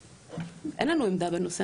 אין לנו עמדה בנושא,